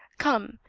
come!